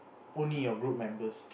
only your group members